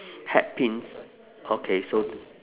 hatpins okay so